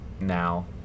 now